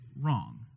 wrong